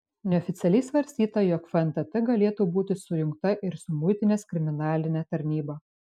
neoficialiai svarstyta jog fntt galėtų būti sujungta ir su muitinės kriminaline tarnyba